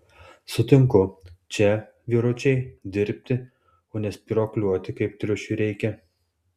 sutinku čia vyručiai dirbti o ne spyruokliuoti kaip triušiui reikia